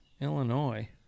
Illinois